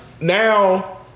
Now